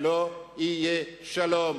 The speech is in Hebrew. לא יהיה שלום.